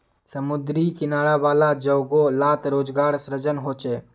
समुद्री किनारा वाला जोगो लात रोज़गार सृजन होचे